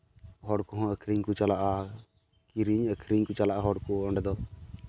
ᱦᱚᱲ ᱠᱚᱦᱚᱸ ᱟᱹᱠᱷᱨᱤᱧ ᱠᱚ ᱪᱟᱞᱟᱜᱼᱟ ᱠᱤᱨᱤᱧ ᱟᱹᱠᱷᱨᱤᱧ ᱠᱚ ᱪᱟᱞᱟᱜᱼᱟ ᱦᱚᱲ ᱠᱚ ᱚᱸᱰᱮ ᱫᱚ